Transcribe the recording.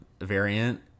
variant